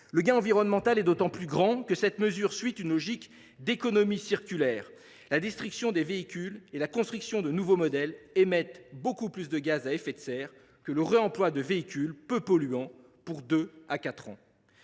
Le gain environnemental est d’autant plus grand que cette mesure suit une logique d’économie circulaire. La destruction des véhicules existants et la construction de nouveaux modèles émettent bien plus de gaz à effet de serre que le réemploi de véhicules peu polluants pour deux à